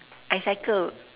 I cycle